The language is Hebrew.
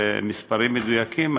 ומספרים מדויקים,